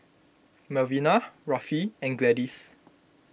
Melvina Rafe and Gladys